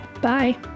Bye